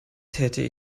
täte